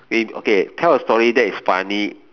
with okay tell a story that is funny